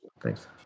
Thanks